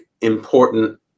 important